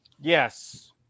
Yes